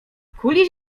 kuli